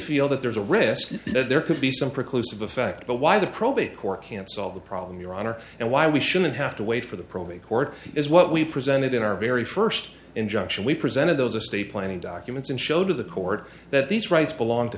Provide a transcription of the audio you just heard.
feel that there's a risk that there could be some precludes of effect but why the probate court can't solve the problem your honor and why we shouldn't have to wait for the probate court is what we presented in our very first injunction we presented those estate planning documents and show to the court that these rights belong to